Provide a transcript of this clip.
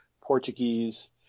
portuguese